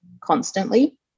constantly